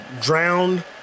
drowned